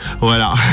Voilà